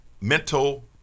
mental